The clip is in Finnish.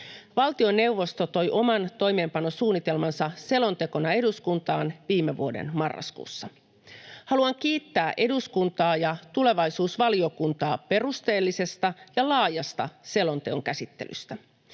Valtioneuvosto toi oman toimeenpanosuunnitelmansa selontekona eduskuntaan viime vuoden marraskuussa. Haluan kiittää eduskuntaa ja tulevaisuusvaliokuntaa perusteellisesta ja laajasta selonteon käsittelystä.